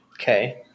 Okay